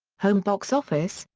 home box office,